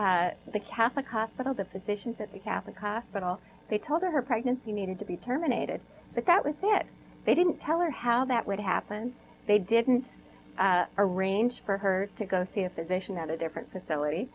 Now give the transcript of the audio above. the catholic hospital the physicians at the catholic hospital they told her her pregnancy needed to be terminated but that was it they didn't tell her how that would happen they didn't arrange for her to go see a physician at a different facility